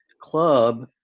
club